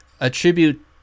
attribute